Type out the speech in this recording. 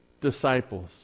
disciples